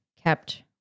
kept